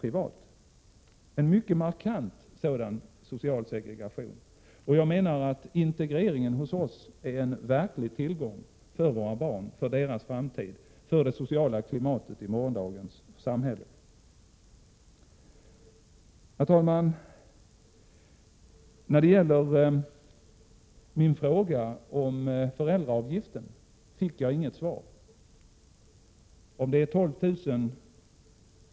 Där finns en mycket markant sådan social segregation. Jag menar att integreringen hos oss är en verklig tillgång för våra barn och deras framtid, för det sociala klimatet i morgondagens samhälle. Herr talman! På min fråga om föräldraavgiften fick jag inget svar. Jag fick inget besked om huruvida det är 12 000 kr.